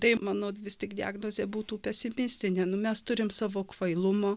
tai mano vis tik diagnozė būtų pesimistinė nu mes turim savo kvailumo